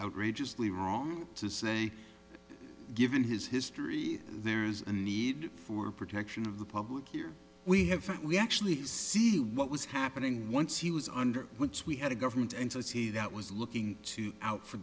outrageously wrong to say given his history there is a need for protection of the public here we haven't we actually see what was happening once he was under which we had a government entity that was looking to out for